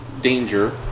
Danger